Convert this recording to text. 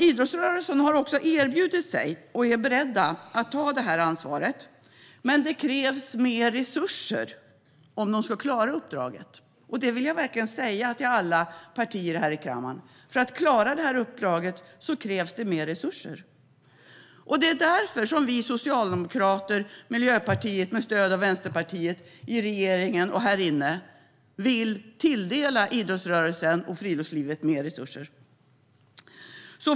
Idrottsrörelsen har också erbjudit sig och är beredd att ta detta ansvar, men det krävs mer resurser om de ska klara uppdraget. Det vill jag verkligen säga till alla partier här i kammaren: För att klara detta uppdrag krävs det mer resurser! Det är därför som vi socialdemokrater och Miljöpartiet, med stöd från Vänsterpartiet, i regeringen och här inne, vill tilldela idrottsrörelsen och friluftslivet mer resurser.